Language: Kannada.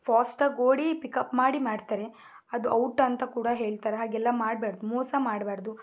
ಫೊಸ್ಟಾಗಿ ಓಡಿ ಪಿಕಪ್ ಮಾಡಿ ಮಾಡ್ತಾರೆ ಅದು ಔಟ್ ಅಂತ ಕೂಡ ಹೇಳ್ತಾರೆ ಹಾಗೆಲ್ಲ ಮಾಡ್ಬಾಡ್ದು ಮೋಸ ಮಾಡ್ಬಾಡ್ದು